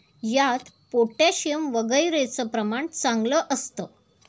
यात पोटॅशियम वगैरेचं प्रमाण चांगलं असतं